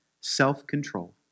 self-control